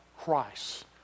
Christ